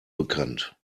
bekannt